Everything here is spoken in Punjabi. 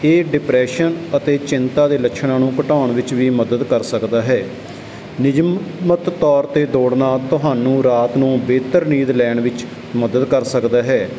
ਇਹ ਡਿਪਰੈਸ਼ਨ ਅਤੇ ਚਿੰਤਾ ਦੇ ਲੱਛਣਾਂ ਨੂੰ ਘਟਾਉਣ ਵਿੱਚ ਵੀ ਮਦਦ ਕਰ ਸਕਦਾ ਹੈ ਨਿਯਮਿਤ ਤੌਰ 'ਤੇ ਦੌੜਨਾ ਤੁਹਾਨੂੰ ਰਾਤ ਨੂੰ ਬਿਹਤਰ ਨੀਂਦ ਲੈਣ ਵਿੱਚ ਮਦਦ ਕਰ ਸਕਦਾ ਹੈ